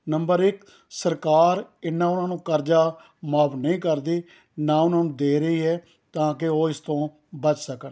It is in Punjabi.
ਨੰਬਰ ਇੱਕ ਸਰਕਾਰ ਇੰਨਾ ਉਨ੍ਹਾਂ ਨੂੰ ਕਰਜ਼ਾ ਮੁਆਫ ਨਹੀਂ ਕਰਦੀ ਨਾ ਉਨ੍ਹਾਂ ਨੂੰ ਦੇ ਰਹੀ ਹੈ ਤਾਂ ਕਿ ਉਹ ਇਸ ਤੋਂ ਬਚ ਸਕਣ